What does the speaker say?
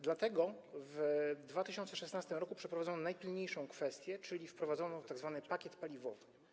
Dlatego w 2016 r. przeprowadzono najpilniejszą kwestię, czyli wprowadzono tzw. pakiet paliwowy.